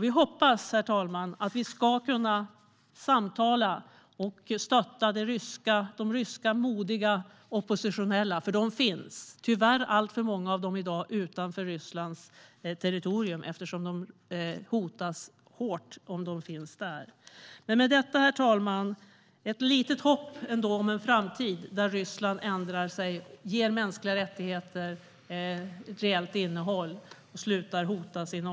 Vi hoppas, herr talman, att vi ska kunna samtala och stötta de modiga ryska oppositionella, för de finns. Tyvärr är alltför många av dem i dag utanför Rysslands territorium, eftersom de hotas hårt om de finns där. Det finns ändå ett litet hopp om en framtid där Ryssland ändrar sig, ger mänskliga rättigheter ett reellt innehåll och slutar hota sin